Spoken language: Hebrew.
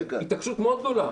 התעקשות מאוד גדולה,